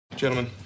Gentlemen